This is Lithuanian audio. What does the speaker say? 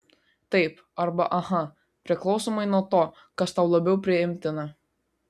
taip arba aha priklausomai nuo to kas tau labiau priimtina